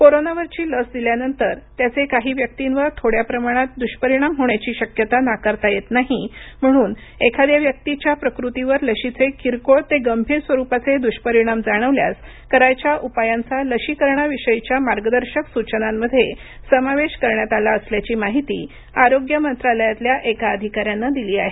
कोरोनावरची लस दिल्यानंतर त्याचे काही व्यक्तींवर थोड्या प्रमाणात द्ष्परिणाम होण्याची शक्यता नाकारता येत नाही म्हणून एखाद्या व्यक्तीच्या प्रकृतीवर लशीचे किरकोळ ते गंभीर स्वरुपाचे दुष्परिणाम जाणवल्यास करण्याच्या उपायांचा लशीकरणाविषयीच्या मार्गदर्शक सूचनांमध्ये समावेश करण्यात आला असल्याची माहिती आरोग्य मंत्रालयातल्या एका अधिकाऱ्यानं दिली आहे